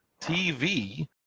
TV